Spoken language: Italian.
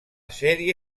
serie